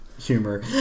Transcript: humor